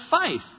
faith